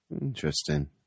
interesting